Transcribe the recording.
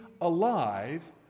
alive